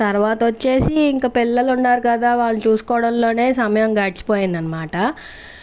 తర్వాతొచ్చేసి ఇంక పిల్లలు ఉన్నారు కదా వాళ్ళని చూసుకోవడంలోనే సమయం గడిచిపోయిందనమాట